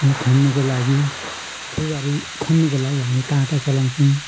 हामी खन्नुको लागि फुलबारी खन्नुको लागि हामी काँटा चलाउँछौँ